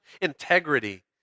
integrity